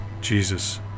Jesus